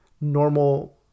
normal